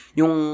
yung